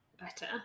better